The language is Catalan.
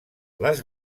les